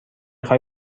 خوای